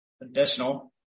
additional